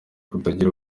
kutagira